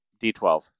D12